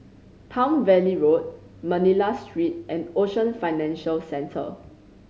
Palm Valley Road Manila Street and Ocean Financial Centre